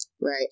Right